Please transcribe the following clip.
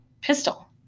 pistol